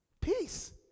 Peace